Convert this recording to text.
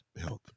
health